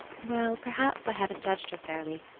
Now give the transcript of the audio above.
well, perhaps i haven't judged her fairly.